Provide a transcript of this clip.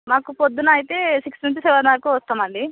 మాకు ప్రొద్దునైతే సిక్స్ నుంచి సెవెన్ దాకా వస్తామండి